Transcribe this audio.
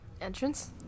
Entrance